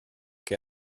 che